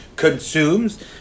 consumes